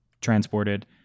transported